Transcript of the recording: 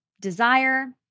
desire